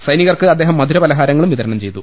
സൈനികർക്ക് അദ്ദേഹം മധുരപലഹാരങ്ങളും വിതരണം ചെയ്തു